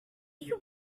you